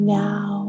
now